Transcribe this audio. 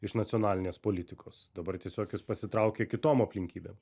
iš nacionalinės politikos dabar tiesiog jis pasitraukė kitom aplinkybėm